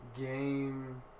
game